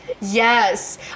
Yes